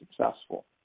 successful